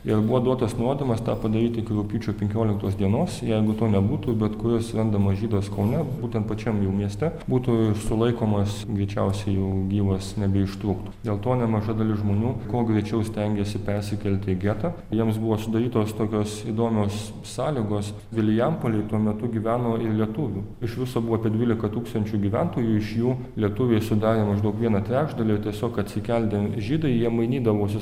ir buvo duotas nurodymas tą padaryti iki rugpjūčio penkioliktos dienos jeigu to nebūtų bet kuris remdamas žydus kaune būtent pačiam jau mieste būtų sulaikomas greičiausiai jau gyvas nebeištrūktų dėl to nemaža dalis žmonių kuo greičiau stengiasi persikelti į getą jiems buvo sudarytos tokios įdomios sąlygos vilijampolėj tuo metu gyveno ir lietuvių iš viso buvo apie dvyliką tūkstančių gyventojų iš jų lietuviai sudarė maždaug vieną trečdalį tiesiog atsikeldę žydai jie mainydavosi su